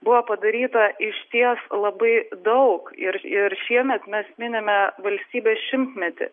buvo padaryta išties labai daug ir ir šiemet mes minime valstybės šimtmetį